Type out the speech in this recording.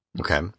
Okay